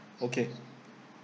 okay